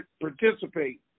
participate